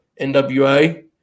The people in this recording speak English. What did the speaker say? NWA